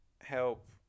help